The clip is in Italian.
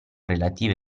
relative